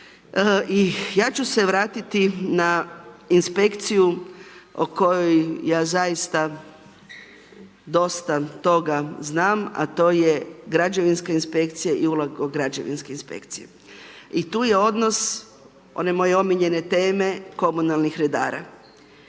ja ću se vratiti na inspekciju o kojoj ja zaista dosta toga znam, a to je građevinska inspekcija i uloga građevinske inspekcije, i tu je odnos one moje omiljene teme, komunalnih redara.